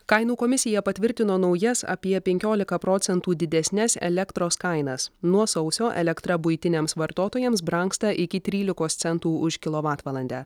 kainų komisija patvirtino naujas apie penkiolika procentų didesnes elektros kainas nuo sausio elektra buitiniams vartotojams brangsta iki trylikos centų už kilovatvalandę